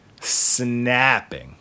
snapping